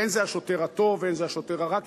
אין זה השוטר הטוב ואין זה השוטר הרע,